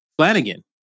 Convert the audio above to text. Flanagan